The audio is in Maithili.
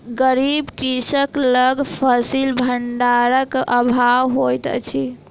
गरीब कृषक लग फसिल भंडारक अभाव होइत अछि